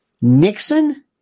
Nixon